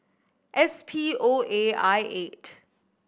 S P O A I eight